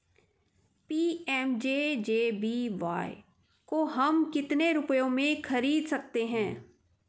PMJJBY को हम कितने रुपयों में खरीद सकते हैं?